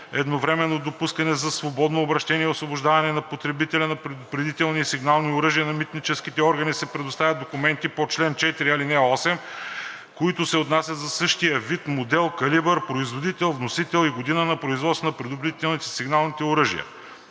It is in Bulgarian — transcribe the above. едновременно допускане за свободно обращение и освобождаване за потребление на предупредителни и сигнални оръжия на митническите органи се предоставят документите по чл. 4, ал. 8, които се отнасят за същия вид, модел, калибър, производител, вносител и година на производство на предупредителните и сигналните оръжия.